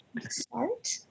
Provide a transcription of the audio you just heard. start